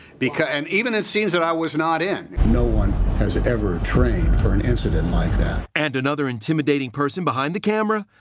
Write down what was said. because and even in scenes that i was not in. no one has ever trained for an incident like that. reporter and another intimidating person behind the camera,